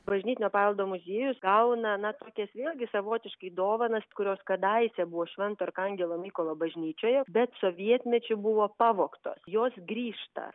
bažnytinio paveldo muziejus gauna na tokias vėlgi savotiškai dovanas kurios kadaise buvo švento arkangelo mykolo bažnyčioje bet sovietmečiu buvo pavogtos jos grįžta